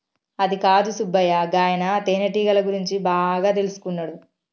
అదికాదు సుబ్బయ్య గాయన తేనెటీగల గురించి బాగా తెల్సుకున్నాడు